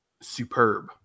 superb